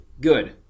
good